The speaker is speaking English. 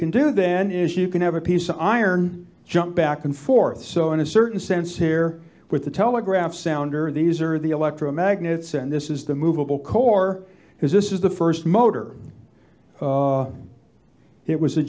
do then is you can have a piece of iron jump back and forth so in a certain sense here with the telegraph sounder these are the electromagnets and this is the movable core because this is the first motor it was a